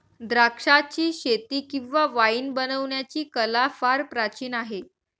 द्राक्षाचीशेती किंवा वाईन बनवण्याची कला फार प्राचीन आहे